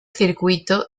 circuito